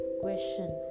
question